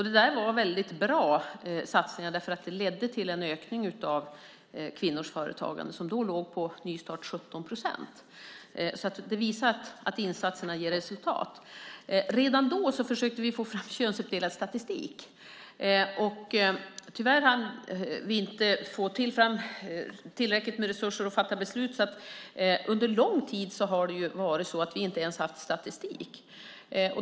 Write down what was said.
Det där var väldigt bra satsningar, för de ledde till en ökning av kvinnors företagande, som då låg på 17 procent i nystart. Det visar att insatserna ger resultat. Redan då försökte vi få fram könsuppdelad statistik. Tyvärr hann vi inte få fram tillräckligt med resurser och fatta beslut, så under lång tid har det ju varit så att vi inte ens haft statistik.